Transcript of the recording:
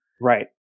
right